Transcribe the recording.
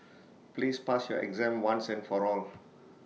please pass your exam once and for all